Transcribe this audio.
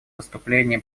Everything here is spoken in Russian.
выступления